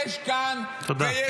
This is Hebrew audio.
יש כאן -- תודה.